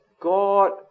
God